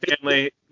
family